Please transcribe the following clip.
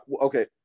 okay